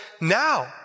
now